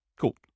Cool